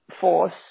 force